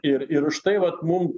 ir ir užtai vat mum